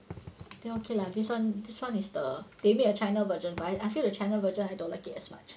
then okay lah this one this one is the they made a China version but I feel the China version I don't like it as much